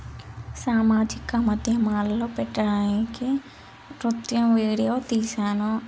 సామాజిక మధ్యమాలలో పెట్టడానికి నృత్యం వీడియో తీశాను